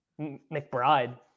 McBride